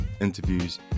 interviews